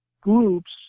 groups